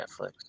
Netflix